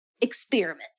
experiment